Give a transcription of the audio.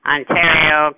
Ontario